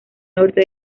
norte